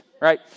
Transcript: right